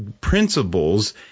principles